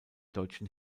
deutschen